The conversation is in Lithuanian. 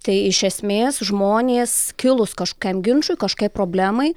tai iš esmės žmonės kilus kažkokiam ginčui kažkokiai problemai